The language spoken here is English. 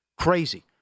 crazy